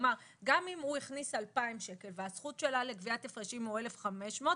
כלומר גם אם הוא הכניס 2,000 שקל והזכות שלה לגביית הפרשים הוא 1,500,